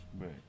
Right